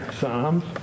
Psalms